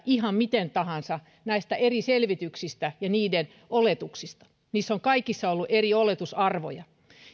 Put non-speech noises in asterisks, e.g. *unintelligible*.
*unintelligible* ihan miten tahansa näistä eri selvityksistä ja niiden oletuksista niissä on kaikissa ollut eri oletusarvoja